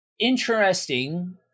interesting